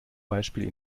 beispiel